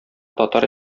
татар